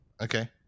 Okay